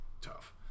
tough